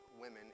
women